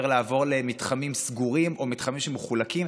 לעבור למתחמים סגורים או מתחמים שמחולקים.